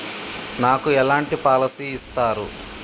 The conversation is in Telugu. నాకు ఎలాంటి పాలసీ ఇస్తారు?